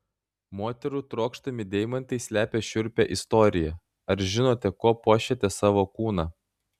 moterų trokštami deimantai slepia šiurpią istoriją ar žinote kuo puošiate savo kūną